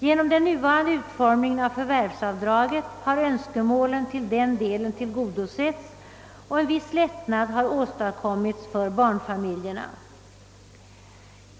Genom den nuvarande utformningen av förvärvsavdraget har i den delen önskemålen tillgodosetts och en viss lättnad åstadkommits för barnfamiljerna.